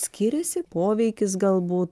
skiriasi poveikis galbūt